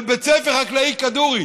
של בית הספר החקלאי כדורי,